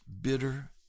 bitter